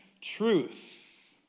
truth